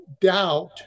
doubt